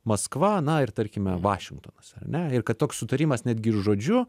maskva na ir tarkime vašingtonas ar ne ir kad toks sutarimas netgi ir žodžiu